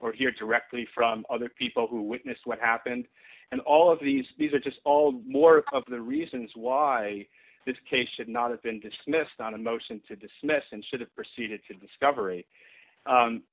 or hear directly from other people who witnessed what happened and all of these these are just all more of the reasons why this case should not have been dismissed on a motion to dismiss and should have proceeded to discover